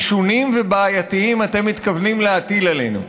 משונים ובעייתיים אתם מתכוונים להטיל עלינו?